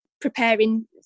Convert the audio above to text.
preparing